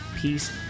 Peace